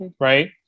right